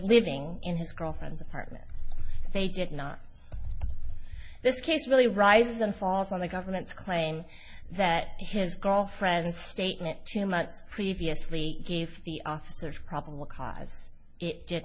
living in his girlfriend's apartment they did not this case really rises and falls on the government's claim that his girlfriend statement two months previously gave the officers probable cause it did